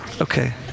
Okay